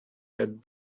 had